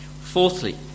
Fourthly